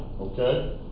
Okay